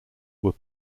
were